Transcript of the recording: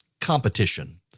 Competition